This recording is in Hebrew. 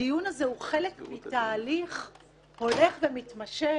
הדיון הזה הוא חלק מתהליך הולך ומתמשך